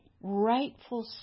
rightful